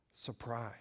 Surprise